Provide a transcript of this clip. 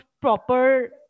proper